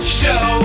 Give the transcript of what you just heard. show